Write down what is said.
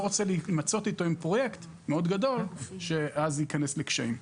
שאני לא רוצה להימצא איתו בפרויקט גדול מאוד שאז ייכנס לקשיים.